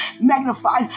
magnified